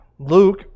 Luke